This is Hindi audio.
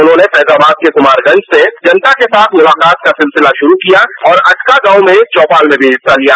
उन्होंने फैजाबाद के कुमारगंज से जनता के साथ मुलाकात का सिलसिला शुरू किया और अचका गांव में चौपाल में भी हिस्सा लिया